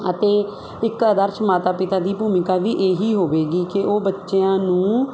ਅਤੇ ਇੱਕ ਆਦਰਸ਼ ਮਾਤਾ ਪਿਤਾ ਦੀ ਭੂਮਿਕਾ ਵੀ ਇਹੀ ਹੋਵੇਗੀ ਕਿ ਉਹ ਬੱਚਿਆਂ ਨੂੰ